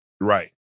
Right